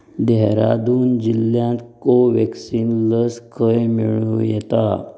देहरादून जिल्ल्यांत कोव्हॅक्सिन लस खंय मेळूं येता